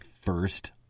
first